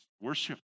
worship